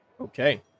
Okay